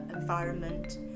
environment